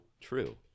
true